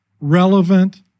relevant